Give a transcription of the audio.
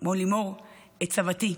כמו לימור, את סבתי,